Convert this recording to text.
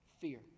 Fear